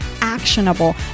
actionable